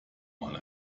mal